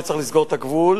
שצריך לסגור את הגבול,